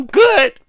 good